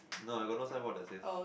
no I got no signboard that says